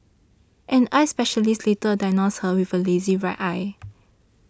an eye specialist later diagnosed her with a lazy right eye